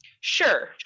Sure